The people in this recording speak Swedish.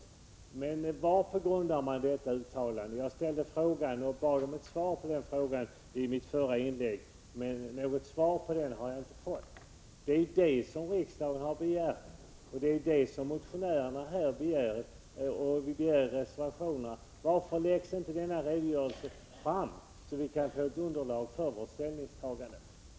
Vad grundar man detta uttalande på? Jag ställde den frågan och bad om ett svar på den i mitt förra inlägg, men något svar har jag inte fått. Det är ju det som riksdagen har begärt, som motionärerna har begärt och som begärsi reservationen. Varför läggs inte denna redogörelse fram, så att vi kan få ett underlag för vårt ställningstagande?